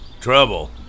Trouble